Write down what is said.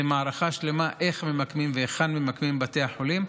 זה מערכה שלמה איך ממקמים והיכן ממקמים בתי חולים.